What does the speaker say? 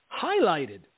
highlighted